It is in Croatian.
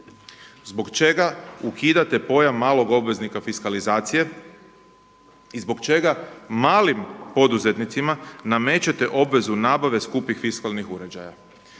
Zbog čega ukidate pojam malog obveznika fiskalizacije i zbog čega malim poduzetnicima namećete obvezu nabave skupih fiskalnih uređaja.